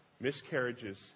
Miscarriages